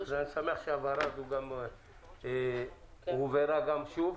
אני שמח שההבהרה הזאת הובהרה שוב,